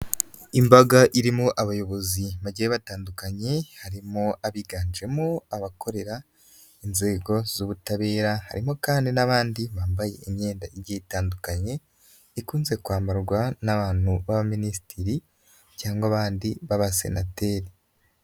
Imbaga irimo abayobozi bagiye batandukanye harimo abiganjemo abakorera inzego z'ubutabera, harimo kandi n'abandi bambaye imyenda igiye itandukanye, ikunze kwambarwa n'abantu b'abaminisitiri cyangwa abandi b'abasenateri.